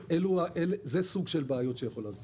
זה סוג הבעיות שיכולות להיות.